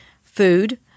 Food